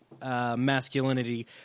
masculinity